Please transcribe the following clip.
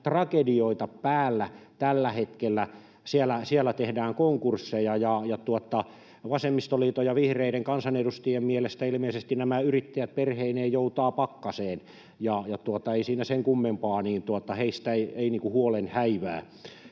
tragedioita päällä tällä hetkellä, siellä tehdään konkursseja. Vasemmistoliiton ja vihreiden kansanedustajien mielestä ilmeisesti nämä yrittäjät perheineen joutavat pakkaseen ja ei siinä sen kummempaa, heistä ei ole huolen häivää.